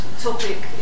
topic